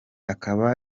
akaba